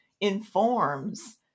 informs